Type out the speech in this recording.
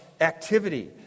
activity